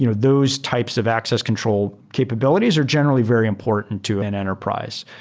you know those types of access control capabilities are generally very important to an enterprise.